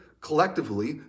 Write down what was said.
collectively